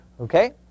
Okay